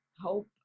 hope